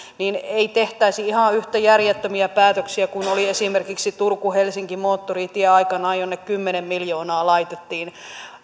niin ei tehtäisi ihan yhtä järjettömiä päätöksiä kuin oli esimerkiksi turku helsinki moottoritie aikanaan jonne kymmenen miljoonaa laitettiin